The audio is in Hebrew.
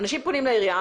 אנשים פונים לעירייה,